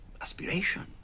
aspiration